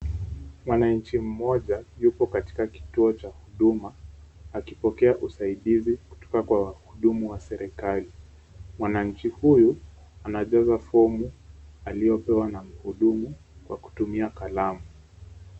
Mwananchi mmoja yupo katika kituo cha huduma akipokea usaidizi kutoka kwa wahudumu wa serikali. Mwananchi huyu anajaza fomu aliyopewa na mhudumu kwa kutumia kalamu.